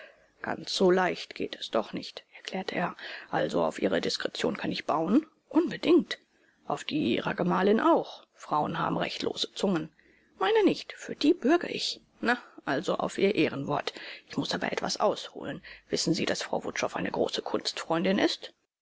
ganz so leicht geht es doch nicht erklärte er also auf ihre diskretion kann ich bauen unbedingt auf die ihrer gemahlin auch frauen haben recht lose zungen meine nicht für die bürge ich na also auf ihr ehrenwort ich muß aber etwas ausholen wissen sie daß frau wutschow eine große kunstfreundin ist